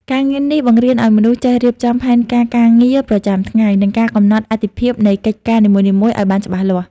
ការងារនេះបង្រៀនឱ្យមនុស្សចេះរៀបចំផែនការការងារប្រចាំថ្ងៃ និងការកំណត់អាទិភាពនៃកិច្ចការនីមួយៗឱ្យបានច្បាស់លាស់។